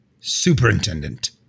superintendent